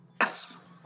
Yes